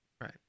right